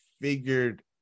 figured